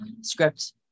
script